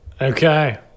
okay